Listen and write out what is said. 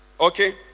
okay